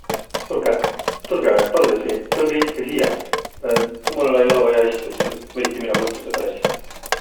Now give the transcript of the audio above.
Kuulgõq, tulgõq, pallõsiq, tulgõq istkõq siiäq! Mul ei olõq vaia istuq, ti võiti mino kotusõ pääle istuq.